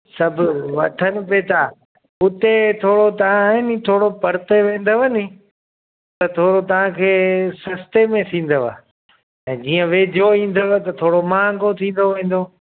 सभु वठन बि था हुते थोरो तव्हां आहे नि थोरो परते वेंदव नि त थोरो तव्हांखे सस्ते में थींदव ऐं जीअं वेझो ईंदव त थोरो माहंगो थींदो वेंदो